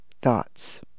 thoughts